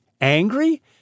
Angry